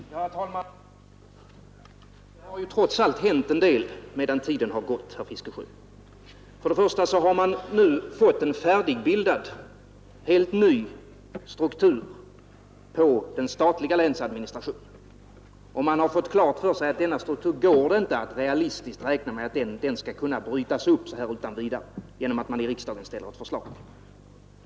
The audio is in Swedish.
Herr talman! Det har trots allt hänt en del medan tiden har gått, herr Fiskesjö. Vi har nu fått en färdigbildad, helt ny struktur på den statliga länsadministrationen, och man har fått klart för sig att det inte är realistiskt att räkna med att den skall kunna brytas upp så där utan vidare genom att det ställs förslag i riksdagen.